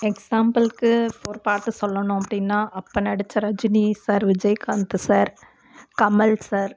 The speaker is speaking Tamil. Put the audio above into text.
எக்ஸாம்பிளுக்கு ஒரு பாட்டு சொல்லணும் அப்படின்னா அப்போ நடித்த Rajini sir Vijayakanth sir Kamal sir